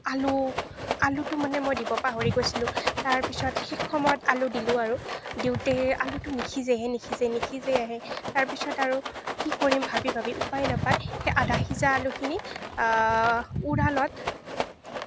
আলু আলুটো মানে মই দিব পাহৰি গৈছিলোঁ তাৰপিছত শেষ সময়ত আলু দিলোঁ আৰু দিওঁতে আলুটো নিসিজেহে নিসিজে নিসিজেহে তাৰপিছত আৰু কি কৰিম ভাবি ভাবি উপাই নাপাই সেই আধাসিজা আলুখিনি উৰালত